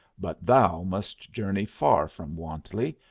but thou must journey far from wantley,